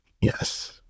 Yes